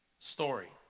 Story